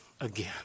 again